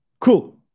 Cool